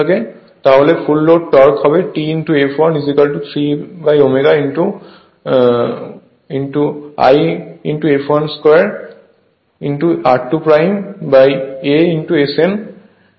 তাহলে full load torque হবে T fl 3ω I fl 2 r2a Sfl